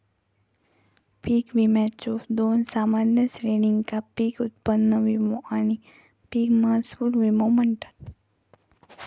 पीक विम्याच्यो दोन सामान्य श्रेणींका पीक उत्पन्न विमो आणि पीक महसूल विमो म्हणतत